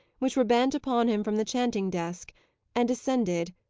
which were bent upon him from the chanting-desk, and ascended,